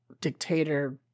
dictator